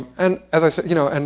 and as i said, you know, and